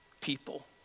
people